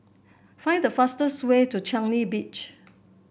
find the fastest way to Changi Beach